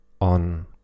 on